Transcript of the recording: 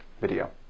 video